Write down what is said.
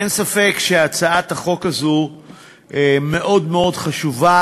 אין ספק שהצעת החוק הזו מאוד מאוד חשובה.